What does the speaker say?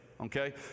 Okay